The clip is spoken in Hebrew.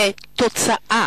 לתוצאה.